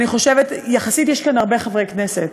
אני חושבת, יחסית יש כאן הרבה חברי כנסת.